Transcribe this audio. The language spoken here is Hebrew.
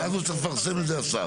ואז הוא צריך לפרסם את זה השר.